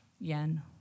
yen